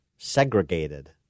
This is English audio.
segregated